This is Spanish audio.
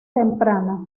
temprana